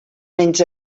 menys